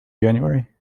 january